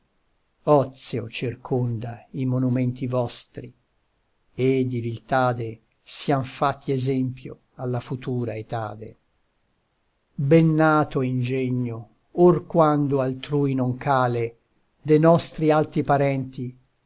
ozio circonda i monumenti vostri e di viltade siam fatti esempio alla futura etade bennato ingegno or quando altrui non cale de nostri alti parenti